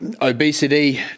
obesity